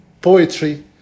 poetry